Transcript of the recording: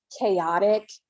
chaotic